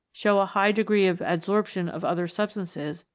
show a high degree of adsorption of other substances,